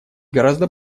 гораздо